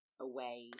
away